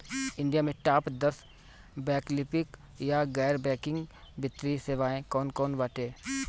India में top दस वैकल्पिक या गैर बैंकिंग वित्तीय सेवाएं कौन कोन बाटे?